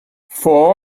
for